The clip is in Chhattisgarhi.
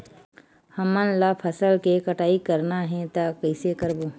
हमन ला फसल के कटाई करना हे त कइसे करबो?